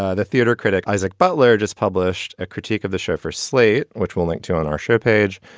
ah the theater critic isaac butler just published a critique of the show for slate, which we'll link to on our show page.